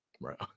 Right